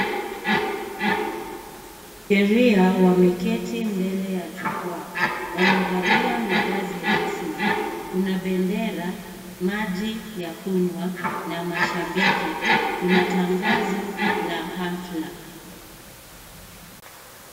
Wanasheria wameketi mbele ya jukwaa wamevalia mavazi rasmi. Kuna bendera, maji ya kunywa na mashabiki. Kuna tangazo la hafla.